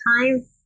time